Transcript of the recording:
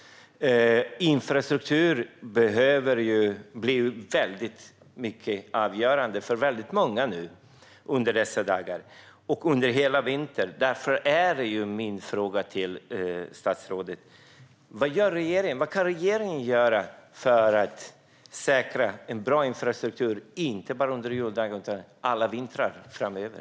Infrastrukturen är avgörande för många under dessa dagar och under hela vintern. Därför är min fråga till statsrådet: Vad kan regeringen göra för att säkra en bra infrastruktur, inte bara under juldagarna utan under alla vintrar framöver?